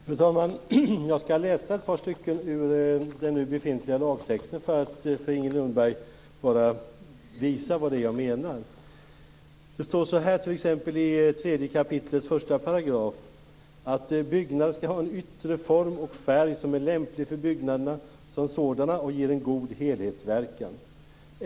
Fru talman! Jag skall läsa ett par stycken ur den nu befintliga lagtexten för att visa Inger Lundberg vad jag menar. I 3 kap. 1 § står att byggnader skall ha en yttre form och färg som är lämplig för byggnaderna som sådana och ger en god helhetsverkan.